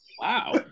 Wow